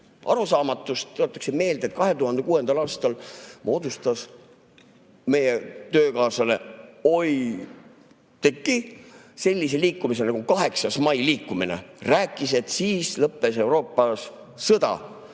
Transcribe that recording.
arusaamatust, tuletaksin meelde, et 2006. aastal moodustas meie töökaaslane Oudekki sellise liikumise nagu 8. mai liikumine, rääkis, et siis lõppes Euroopas sõda,